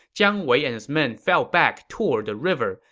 jiang wei and his men fell back toward the river.